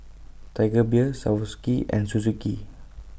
Tiger Beer Swarovski and Suzuki